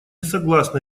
согласны